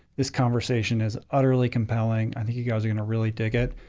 this conversation is utterly compelling, i think you guys are gonna really dig it.